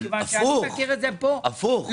הפוך.